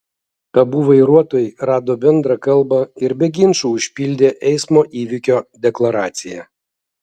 abu vairuotojai rado bendrą kalbą ir be ginčų užpildė eismo įvykio deklaraciją